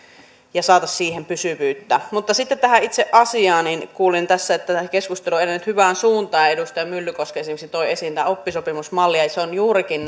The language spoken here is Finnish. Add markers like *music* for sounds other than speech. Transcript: ja saataisiin siihen pysyvyyttä sitten tähän itse asiaan kuulin tässä että tämä keskustelu on edennyt hyvään suuntaan edustaja myllykoski esimerkiksi toi esiin tämän oppisopimusmallin se on juurikin *unintelligible*